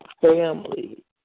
family